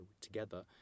together